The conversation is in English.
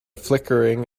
flickering